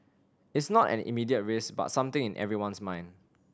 it's not an immediate risk but something in everyone's mind